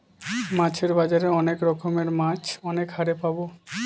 মাছের বাজারে অনেক রকমের মাছ অনেক হারে পাবো